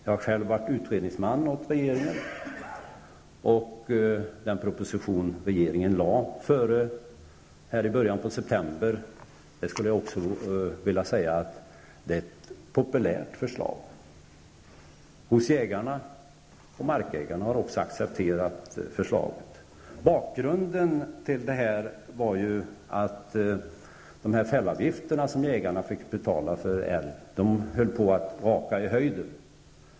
Jag har själv varit utredningsman åt regeringen. Den proposition som regeringen lade fram i början på september är ett populärt förslag hos jägarna. Markägarna har också accepterat förslaget. Bakgrunden till detta var ju att de fällavgifter som jägarna fick betala för älg höll på att raka i höjden.